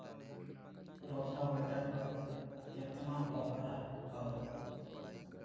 Rotavator पर केतना offer हव?